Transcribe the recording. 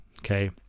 okay